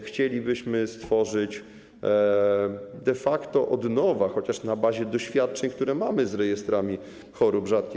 Chcielibyśmy stworzyć go de facto od nowa, chociaż na bazie doświadczeń, które mamy z rejestrami chorób rzadkich.